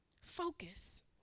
focus